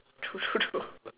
true true true